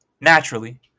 Naturally